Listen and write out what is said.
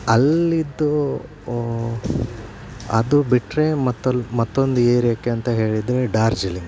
ಅಲ್ಲಿಯದು ಅದು ಬಿಟ್ಟರೆ ಮತ್ತಲ್ಲಿ ಮತ್ತೊಂದು ಏರಿಯಾಕ್ಕೆ ಅಂತ ಹೇಳಿದರೆ ಡಾರ್ಜಿಲಿಂಗ್